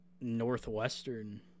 Northwestern